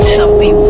Chubby